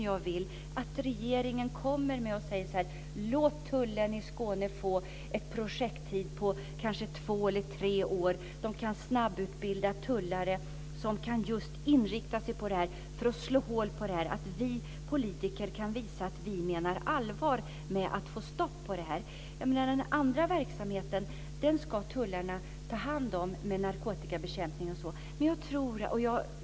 Jag vill att regeringen säger: Låt tullen i Skåne få en projekttid på två eller tre år så att man kan snabbutbilda tullare som kan inrikta sig på den här verksamheten. Vi politiker måste visa att vi menar allvar med att få stopp på detta. Tullarna ska ta hand om narkotikabekämpning och sådant.